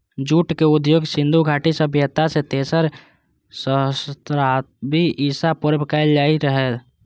जूटक उपयोग सिंधु घाटी सभ्यता मे तेसर सहस्त्राब्दी ईसा पूर्व कैल जाइत रहै